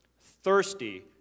thirsty